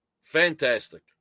fantastic